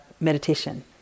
meditation